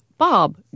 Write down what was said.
Bob